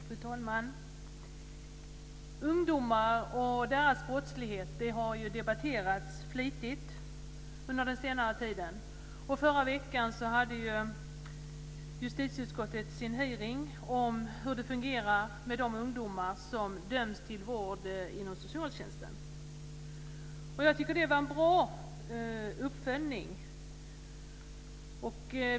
Fru talman! Ungdomar och deras brottslighet har flitigt debatterats under senare tid. Förra veckan hade justitieutskottet sin hearing om hur det fungerar med ungdomar som döms till vård inom socialtjänsten. Det var en bra uppföljning.